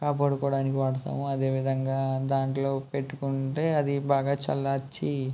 కాపాడుకోవడానికి వాడతాము అదే విధంగా దాంట్లో పెట్టుకుంటే అది బాగా చల్లార్చి